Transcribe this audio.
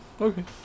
Okay